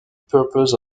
purpose